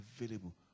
available